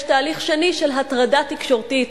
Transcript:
יש תהליך שני של הטרדה תקשורתית: